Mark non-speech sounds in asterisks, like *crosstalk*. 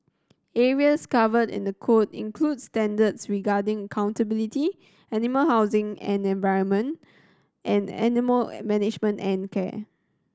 areas covered in the code include standards regarding *unintelligible* animal housing and environment and animal management and care